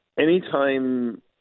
Anytime